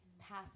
pass